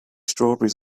strawberries